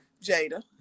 Jada